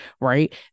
right